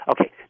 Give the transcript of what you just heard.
Okay